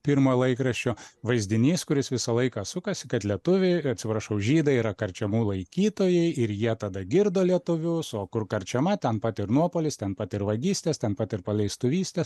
pirmojo laikraščio vaizdinys kuris visą laiką sukasi kad lietuviai atsiprašau žydai yra karčemų laikytojai ir jie tada girdo lietuvius o kur karčema ten pat ir nuopuolis ten pat ir vagystės ten pat ir paleistuvystės